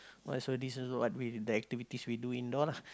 what so this also what we the activities we do indoor lah